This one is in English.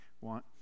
want